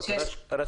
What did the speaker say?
במנה"ר